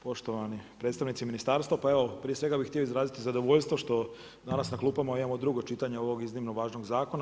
Poštovani predstavnici ministarstva, pa evo prije svega bi htio izraziti zadovoljstvo što danas na klupama imamo drugo čitanje ovog iznimno važnog zakona.